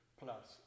plus